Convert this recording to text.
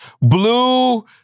Blue